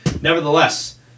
nevertheless